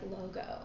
logo